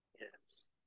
Yes